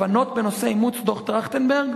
הבנות בנושא אימוץ דוח-טרכטנברג.